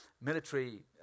military